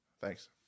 Thanks